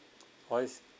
what is